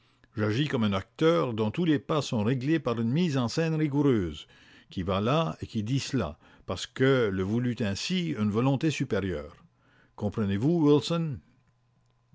j'agis comme un acteur dont tous les pas sont réglés par une mise en scène rigoureuse qui va là et qui dit cela parce que le voulut ainsi une volonté supérieure comprenez-vous wilson